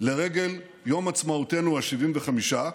לרגל יום עצמאותנו ה-75,